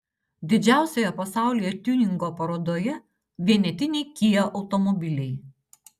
didžiausioje pasaulyje tiuningo parodoje vienetiniai kia automobiliai